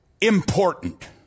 important